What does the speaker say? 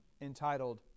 entitled